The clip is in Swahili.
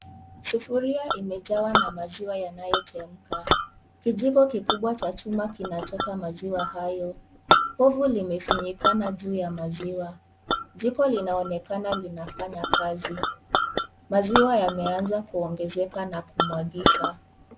Sufuria imejawana maziwa yanayochemka , kijiko kikubwa cha chuma kinachota maziwa hayo , povu limefinyikana juu ya maziwa . Jiko linaonekana linafanya kazi, maziwa yameanza kuongezeka na kumwagika.